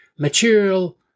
material